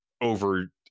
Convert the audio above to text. over